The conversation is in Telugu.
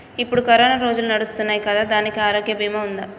ఇప్పుడు కరోనా రోజులు నడుస్తున్నాయి కదా, దానికి ఆరోగ్య బీమా ఉందా?